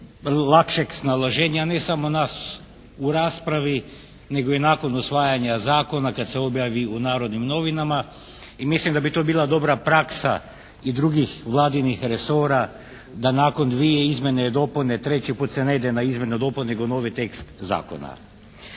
lakšeg snalaženja ne samo nas u raspravi, nego i nakon usvajanja zakona kad se objavi u "Narodnim novinama" i mislim da bi to bila dobra praksa i drugih Vladinih resora da nakon dvije izmjene i dopune treći put se ne ide na izmjene i dopune, nego novi tekst zakona.